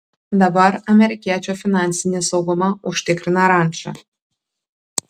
dabar amerikiečio finansinį saugumą užtikrina ranča